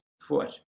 foot